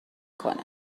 کنه